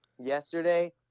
yesterday